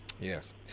Yes